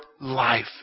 life